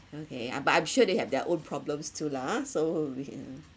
okay I'm but I'm sure they have their own problems too lah ah so we can